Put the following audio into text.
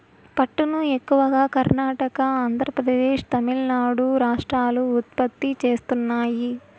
పట్టును ఎక్కువగా కర్ణాటక, ఆంద్రప్రదేశ్, తమిళనాడు రాష్ట్రాలు ఉత్పత్తి చేస్తున్నాయి